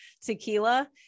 tequila